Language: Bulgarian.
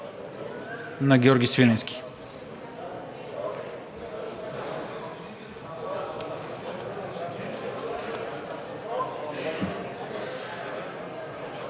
на Георги Свиленски.